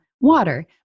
water